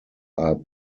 are